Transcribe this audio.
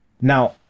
Now